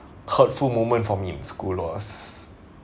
hurtful moment for me in school was